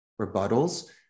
rebuttals